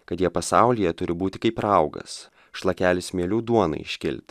kad jie pasaulyje turi būti kaip raugas šlakelis mielių duonai iškilt